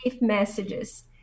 messages